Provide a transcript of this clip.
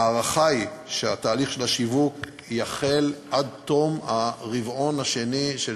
ההערכה היא שתהליך השיווק יחל עד תום הרבעון השני של